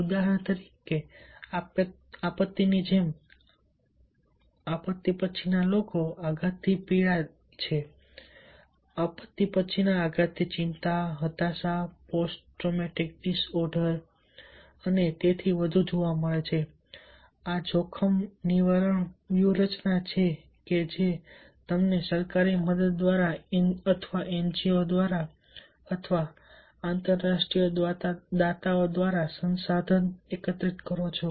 ઉદાહરણ તરીકે આપત્તિની જેમ આપત્તિ પછીના લોકો આઘાતથી પીડાય છે આપત્તિ પછીના આઘાતથી ચિંતા હતાશા પોસ્ટ ટ્રોમેટિક ડિસઓર્ડર અને તેથી વધુ જોવા મળે છે આ જોખમ નિવારણ વ્યૂહરચના છે કે જે તમે સરકારી મદદ દ્વારા એનજીઓ દ્વારા આંતરરાષ્ટ્રીય દાતાઓ દ્વારા સંસાધનો એકત્રિત કરો છો